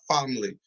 family